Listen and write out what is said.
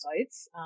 sites